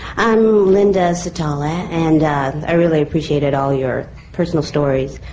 i'm linda satolla, and i really appreciated all your personal stories.